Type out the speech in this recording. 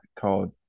called